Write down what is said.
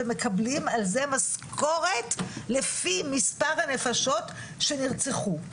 ומקבלים על זה משכורת לפי מספר הנפשות שנרצחו.